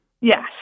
Yes